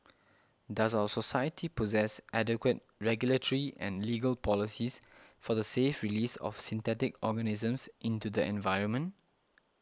does our society possess adequate regulatory and legal policies for the safe release of synthetic organisms into the environment